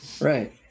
Right